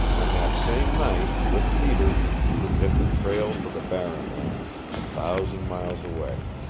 and that same night, with peter, he would hit the trail for the barren lands, a thousand miles away.